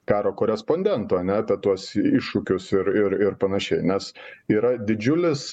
karo korespondento ane ta tuos iššūkius ir ir panašiai nes yra didžiulis